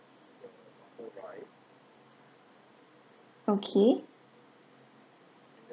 okay